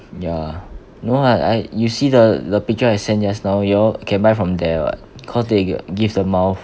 ya no [what] I you see the the picture I sent just now you all can buy from there [what] cause they got give the mouth